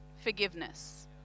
forgiveness